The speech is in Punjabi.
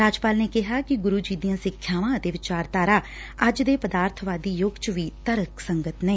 ਰਾਜਪਾਲ ਨੇ ਕਿਹਾ ਕਿ ਗੁਰੁ ਜੀ ਦੀਆਂ ਸਿਖਿਆਵਾਂ ਅਤੇ ਵਿਚਾਰਧਾਰਾ ਅੱਜ ਦੇ ਪਦਾਰਬਵਾਦੀ ਯੁੱਗ ਚ ਵੀ ਤਰਕ ਸੰਗਤ ਨੇ